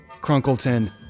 Crunkleton